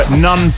none